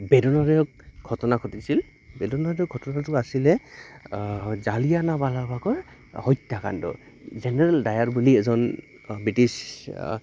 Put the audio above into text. বেদনদায়ক ঘটনা ঘটিছিল বেদনাদায়ক ঘটনাটো আছিলে জালিয়ানৱালা বাগৰ হত্যাকাণ্ড জেনেৰেল ডায়াৰ বুলি এজন ব্ৰিটিছ